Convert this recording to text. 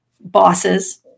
bosses